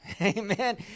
Amen